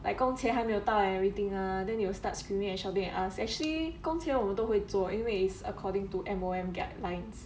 like 工钱还没有到 and everything ah then they will start screaming and shouting at us actually 工钱我们都会做因为 is according to M_O_M guidelines